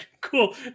Cool